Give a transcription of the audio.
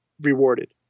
rewarded